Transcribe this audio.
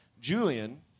Julian